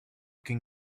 can